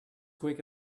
quick